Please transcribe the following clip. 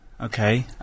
Okay